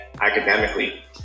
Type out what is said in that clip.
academically